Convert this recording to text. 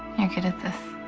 you're good at this.